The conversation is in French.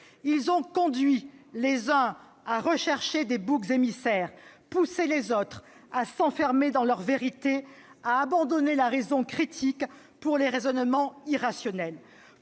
Ils ont conduit les uns à rechercher des boucs émissaires, poussé les autres à s'enfermer dans leur vérité, à abandonner la raison critique pour les raisonnements irrationnels.